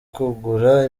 kugura